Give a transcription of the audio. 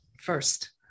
first